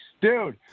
Dude